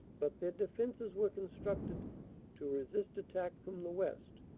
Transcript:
but their defenses were con structed to resist attack from the west,